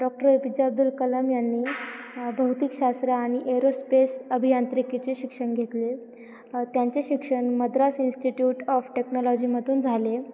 doctor A P J Abdul Kalam यांनी भौतिक शास्त्र आणि एरोस्पेस अभियांत्रिकीचे शिक्षण घेतले त्यांचे शिक्षण मद्रास इन्स्टिट्यूट ऑफ टेक्नॉलॉजीमधून झाले